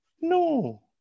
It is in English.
No